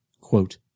Quote